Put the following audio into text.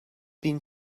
been